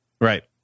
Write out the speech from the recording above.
right